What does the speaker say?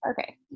Okay